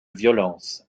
violence